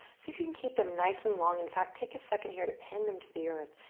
see if you can keep them nice and long. in fact, take a second here to pin them to the earth.